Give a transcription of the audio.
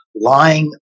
lying